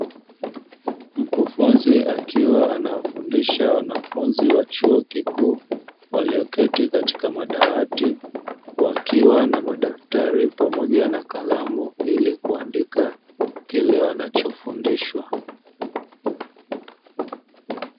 Mkufunzi akiwa anawafundisha wanafunzi wa chuo kikuu walioketi katika madawati, wakiwa na madaftari pamoja na kalamu ili kuandika kile wanachofundishwa.